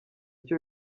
cyo